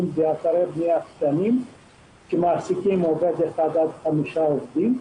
ואתרי בנייה קטנים שמעסיקים עובד אחד עד חמישה עובדים.